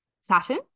Saturn